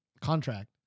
contract